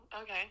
okay